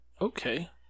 Okay